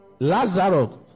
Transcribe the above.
Lazarus